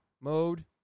mode